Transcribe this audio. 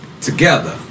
together